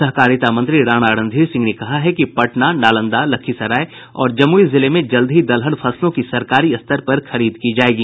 सहकारिता मंत्री राणा रणधीर सिंह ने कहा है कि पटना नालंदा लखीसराय और जमुई जिले में जल्द ही दलहन फसलों की सरकारी स्तर पर खरीद की जायेगी